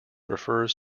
refers